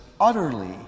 utterly